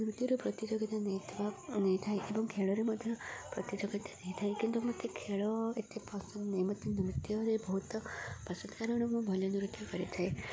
ନୃତ୍ୟରେ ପ୍ରତିଯୋଗିତା ନେଇଥିବା ନେଇଥାଏ ଏବଂ ଖେଳରେ ମଧ୍ୟ ପ୍ରତିଯୋଗିତା ନେଇଥାଏ କିନ୍ତୁ ମୋତେ ଖେଳ ଏତେ ପସନ୍ଦ ନାହିଁ ମୋତେ ନୃତ୍ୟରେ ବହୁତ ପସନ୍ଦ କାରଣ ମୁଁ ଭଲ ନୃତ୍ୟ କରିଥାଏ